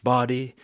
Body